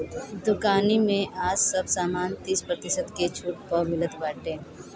दुकानी में आज सब सामान तीस प्रतिशत के छुट पअ मिलत बाटे